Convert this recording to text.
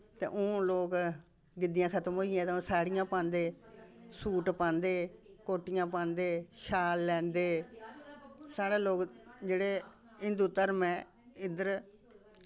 ते हून लोक गिद्दियां खत्म होई गेइयां ते हून साड़ियां पांदे सूट पांदे कोटियां पांदे शाल लैंदे साढ़े लोक जेह्ड़े हिन्दू धरम ऐ इद्धर